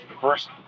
First